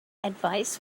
advice